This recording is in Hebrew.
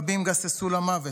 רבים גססו למוות,